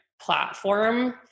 platform